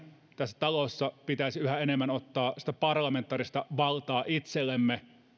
tässä talossa pitäisi yhä enemmän ottaa parlamentaarista valtaa itsellemme